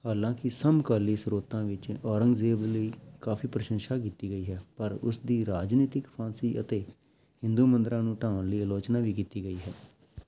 ਹਾਲਾਂਕਿ ਸਮਕਾਲੀ ਸਰੋਤਾਂ ਵਿੱਚ ਔਰੰਗਜ਼ੇਬ ਲਈ ਕਾਫ਼ੀ ਪ੍ਰਸ਼ੰਸਾ ਕੀਤੀ ਗਈ ਹੈ ਪਰ ਉਸ ਦੀ ਰਾਜਨੀਤਿਕ ਫਾਂਸੀ ਅਤੇ ਹਿੰਦੂ ਮੰਦਰਾਂ ਨੂੰ ਢਾਹੁਣ ਲਈ ਅਲੋਚਨਾ ਵੀ ਕੀਤੀ ਗਈ ਹੈ